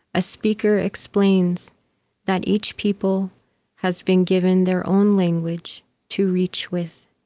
a speaker explains that each people has been given their own language to reach with.